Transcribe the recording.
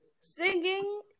singing